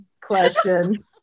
question